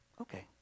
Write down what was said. Okay